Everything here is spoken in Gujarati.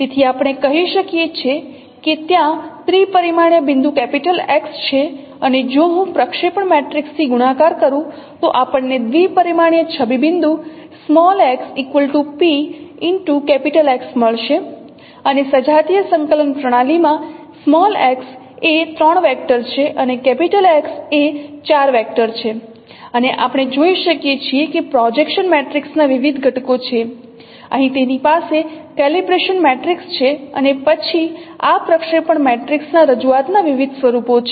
તેથી આપણે કહી શકીએ છે કે ત્યાં ત્રિપરિમાણીય બિંદુ X છે અને જો હું પ્રક્ષેપણ મેટ્રિક્સ થી ગુણાકાર કરું તો આપણને દ્વિપરિમાણીય છબી બિંદુ x PX મળશે અને સજાતીય સંકલન પ્રણાલીમાં x એ 3 વેક્ટર છે અને X એ 4 વેક્ટર છે અને આપણે જોઈ શકીએ છીએ કે પ્રોજેક્શન મેટ્રિક્સ ના વિવિધ ઘટકો છે અહીં તેની પાસે કેલિબ્રેશન મેટ્રિક્સ છે અને પછી આ પ્રક્ષેપણ મેટ્રિક્સના રજૂઆતના વિવિધ સ્વરૂપો છે